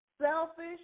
selfish